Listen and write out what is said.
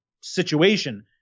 situation